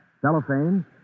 cellophane